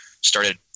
started